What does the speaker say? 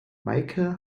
meike